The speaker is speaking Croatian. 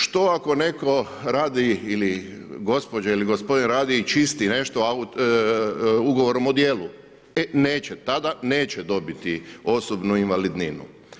Što ako netko radi ili gospođe ili gospodin radi i čisti nešto ugovorom o dijelu, e tada neće dobiti osobnu invalidninu.